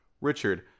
richard